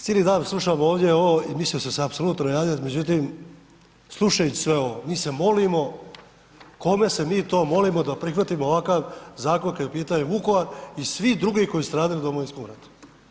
Cijeli dan slušamo ovdje ovo i mislio sam se apsolutno ne javljati, međutim, slušajući sve ovo mi se molimo, kome se mi to molimo da prihvatimo ovakav zakon kada je u pitanju Vukovar i svi drugi koji su stradali u Domovinskom ratu?